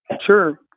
Sure